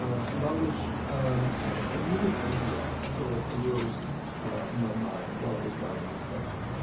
about which a new idea sort of arose in my mind while i was writing this lecture.